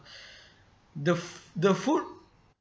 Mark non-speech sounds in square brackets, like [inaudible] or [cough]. [breath] the the food